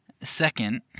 Second